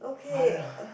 okay um